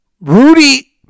Rudy